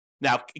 Now